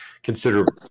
considerable